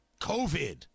COVID